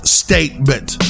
statement